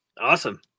Awesome